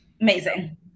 Amazing